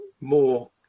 more